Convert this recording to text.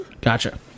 Gotcha